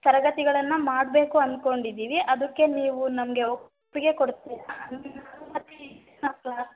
ತರಗತಿಗಳನ್ನು ಮಾಡಬೇಕು ಅನ್ಕೊಂಡಿದ್ದೀವಿ ಅದಕ್ಕೆ ನೀವು ನಮಗೆ ಒಪ್ಪಿಗೆ ಕೊಡ್ತೀರಾ